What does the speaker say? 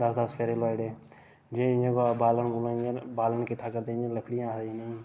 दस दस फेरे लोआई ओड़े जे इ'यां बा बालन बूलन इ'यां बालन किट्ठा करदे लकड़ियां आक्खदे जि'नें गी